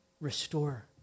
restore